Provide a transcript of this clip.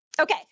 Okay